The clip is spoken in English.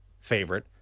favorite